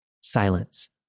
Silence